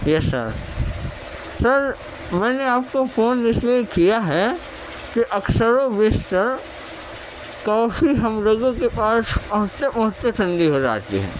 یس sir sir میں نے آپ کو فون اس لیے کیا ہے کہ اکثر و بیشتر کافی ہم لوگوں کے پاس پہنچتے پہنچتے ٹھنڈی ہو جاتی ہے